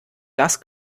das